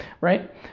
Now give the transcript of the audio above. Right